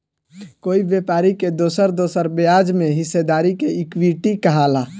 कोई व्यापारी के दोसर दोसर ब्याज में हिस्सेदारी के इक्विटी कहाला